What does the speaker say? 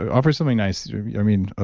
offer something nice, i mean, ah